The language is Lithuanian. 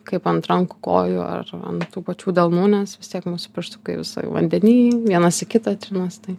kaip ant rankų kojų ar ant tų pačių delnų nes vis tiek mūsų pirštukai visai vandeny vienas į kitą trinas tai